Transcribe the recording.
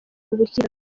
ubukira